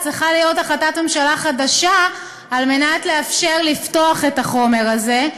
צריכה להיות החלטת ממשלה חדשה על מנת לאפשר לפתוח את החומר הזה,